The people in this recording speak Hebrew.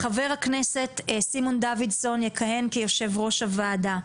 חבר הכנסת סימון דוידסון יכהן כיושב ראש הוועדה,